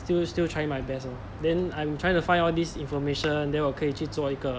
still still trying my best lor then I'm trying to find all this information then 我可以去做一个